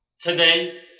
Today